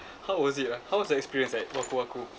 how was it ah how was the experience at wakuwaku